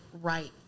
right